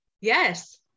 Yes